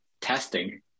testing